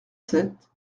sept